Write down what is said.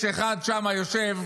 יש שם אחד שיושב,